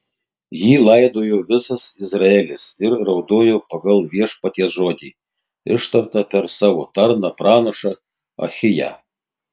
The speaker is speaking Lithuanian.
jį laidojo visas izraelis ir raudojo pagal viešpaties žodį ištartą per savo tarną pranašą ahiją